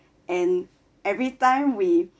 and everytime we